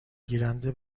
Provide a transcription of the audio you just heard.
گیرنده